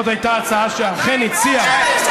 זאת הייתה הצעה שאכן הציעה,